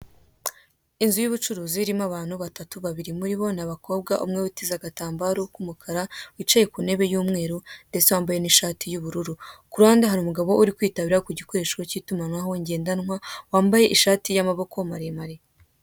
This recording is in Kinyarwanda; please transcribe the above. Inzu y'ubucuruzi irimo abantu batatu, babiri muri bo ni abakobwa umwe witeze agatambaro k'umukara wicaye ku ntebe y'umweru ndetse wambaye n'ishati y'ubururu, ku ruhande hari umugabo uri kwitabira ku gikoresho ngedwanwa wambaye ishati y'amaboko maremare.